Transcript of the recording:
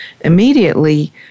Immediately